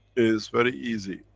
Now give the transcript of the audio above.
is very easy,